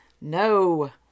No